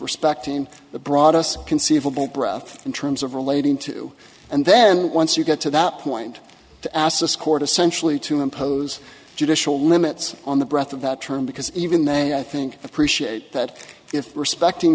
respect in the broad us conceivable bruff in terms of relating to and then once you get to that point to ask this court essentially to impose judicial limits on the breath of that term because even they i think appreciate that if respecting